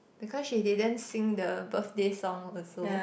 because she didn't sing the birthday song also